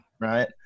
right